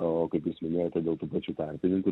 o kaip jūs minėjote dėl tų pačių tarpininkų